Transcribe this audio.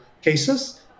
cases